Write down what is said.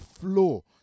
flow